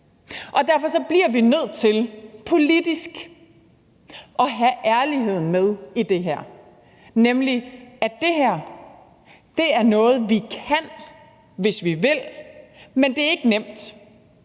Og derfor bliver vi nødt til politisk at have ærligheden med i det her, nemlig at det her er noget, vi kan, hvis vi vil, men at det ikke er nemt.